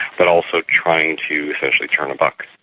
but also trying to essentially turn a buck.